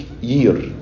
year